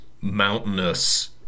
mountainous